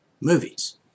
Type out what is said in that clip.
movies